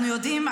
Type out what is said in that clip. אנחנו יודעים,